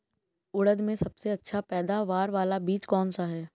उड़द में सबसे अच्छा पैदावार वाला बीज कौन सा है?